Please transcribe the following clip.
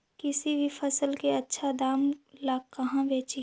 किसी भी फसल के आछा दाम ला कहा बेची?